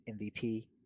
MVP